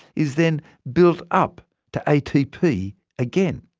is then built up to atp again.